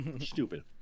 Stupid